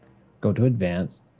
go to advanced,